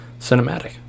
cinematic